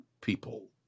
people